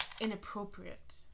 inappropriate